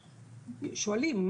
שואלים,